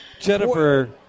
Jennifer